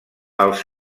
els